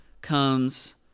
comes